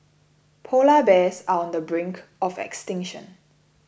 Polar Bears are on the brink of extinction